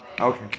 Okay